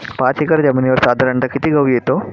पाच एकर जमिनीवर साधारणत: किती गहू येतो?